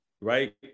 right